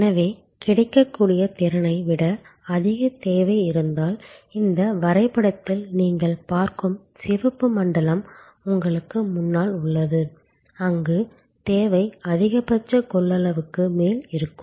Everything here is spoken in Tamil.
எனவே கிடைக்கக்கூடிய திறனை விட அதிக தேவை இருந்தால் இந்த வரைபடத்தில் நீங்கள் பார்க்கும் சிவப்பு மண்டலம் உங்களுக்கு முன்னால் உள்ளது அங்கு தேவை அதிகபட்ச கொள்ளளவுக்கு மேல் இருக்கும்